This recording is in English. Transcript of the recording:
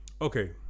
Okay